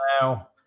now